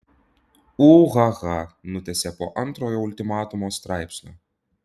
ūhaha nutęsė po antrojo ultimatumo straipsnio